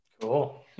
cool